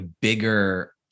bigger